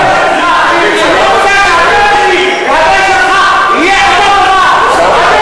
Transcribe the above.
אני רוצה שאתה והבן שלי והבן שלך יהיו אותו דבר.